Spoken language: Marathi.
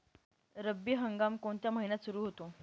रब्बी हंगाम कोणत्या महिन्यात सुरु होतो?